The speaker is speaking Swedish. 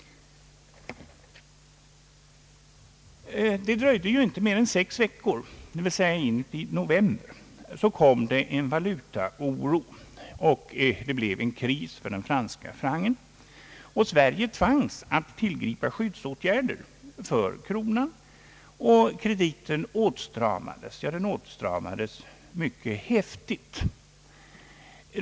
Det dröjde inte mer än sex veckor, dvs. in i november, förrän det kom en valutaoro. Det blev en kris för den franska francen, och Sverige tvingades tillgripa skyddsåtgärder för den svenska kronan. Krediten åtstramades häftigt.